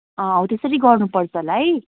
अँ हो त्यसरी गर्नुपर्छ होला है